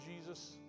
Jesus